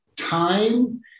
Time